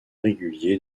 réguliers